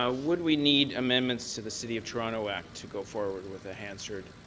ah would we need amendments to the city of toronto act to go forward with a hansard?